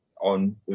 on